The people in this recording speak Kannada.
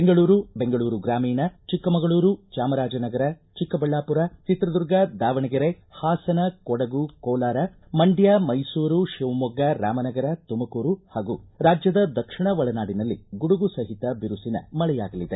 ಬೆಂಗಳೂರು ಬೆಂಗಳೂರು ಗ್ರಾಮೀಣ ಚಿಕ್ಕಮಗಳೂರು ಚಾಮರಾಜನಗರ ಚಿಕ್ಕಬಳ್ಳಾಮರ ಚಿತ್ರದುರ್ಗ ದಾವಣಗೆರೆ ಹಾಸನ ಕೊಡಗು ಕೋಲಾರ ಮಂಡ್ಕ ಮೈಸೂರು ಶಿವಮೊಗ್ಗ ರಾಮನಗರ ತುಮಕೂರು ಹಾಗೂ ರಾಜ್ಯದ ದಕ್ಷಿಣ ಒಳನಾಡಿನಲ್ಲಿ ಗುಡುಗು ಸಹಿತ ಬಿರುಸಿನ ಮಳೆಯಾಗಲಿದೆ